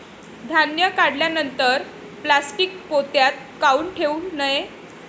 धान्य काढल्यानंतर प्लॅस्टीक पोत्यात काऊन ठेवू नये?